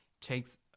takes